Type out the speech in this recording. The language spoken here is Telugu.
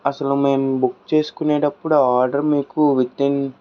అసలు మేము బుక్ చేసుకునేటప్పుడు ఆ ఆర్డర్ మీకు విత్ ఇన్